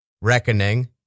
Reckoning